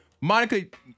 Monica